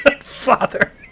father